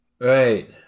Right